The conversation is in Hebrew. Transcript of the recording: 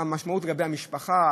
המשמעות היא לגבי המשפחה,